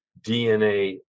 DNA